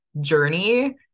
journey